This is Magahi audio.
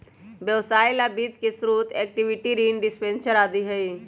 व्यवसाय ला वित्त के स्रोत इक्विटी, ऋण, डिबेंचर आदि हई